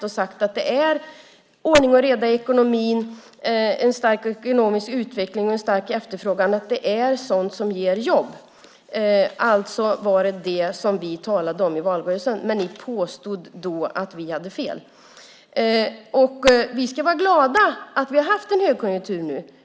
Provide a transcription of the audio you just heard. Han har sagt att det är ordning och reda i ekonomin, en stark ekonomisk utveckling och en stark efterfrågan och att det är sådant som ger jobb. Vi talade om detta i valrörelsen, men då påstod ni att vi hade fel. Vi ska vara glada att vi har haft en högkonjunktur.